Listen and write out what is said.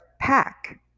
pack